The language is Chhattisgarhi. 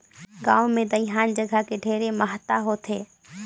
गांव मे दइहान जघा के ढेरे महत्ता होथे